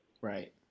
Right